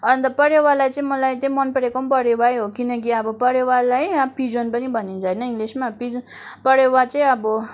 अन्त परेवालाई चाहिँ मलाई चाहिँ मन परेको पनि परेवै हो किनकि अब परेवालाई अब पिजन पनि भनिन्छ होइन इङ्लिसमा पिज परेवा चाहिँ अब